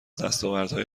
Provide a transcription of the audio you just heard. دستاوردهای